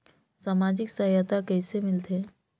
समाजिक सहायता कइसे मिलथे?